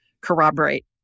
corroborate